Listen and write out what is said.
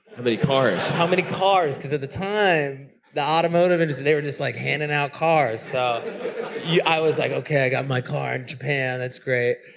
how many cars? how many cars. because at the time the automotive industries, they were just like handing out cars. so yeah i was like, okay, i got my car in japan, that's great.